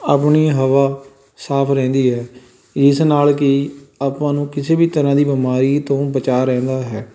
ਆਪਣੀ ਹਵਾ ਸਾਫ ਰਹਿੰਦੀ ਹੈ ਇਸ ਨਾਲ ਕਿ ਆਪਾਂ ਨੂੰ ਕਿਸੇ ਵੀ ਤਰ੍ਹਾਂ ਦੀ ਬਿਮਾਰੀ ਤੋਂ ਬਚਾਅ ਰਹਿੰਦਾ ਹੈ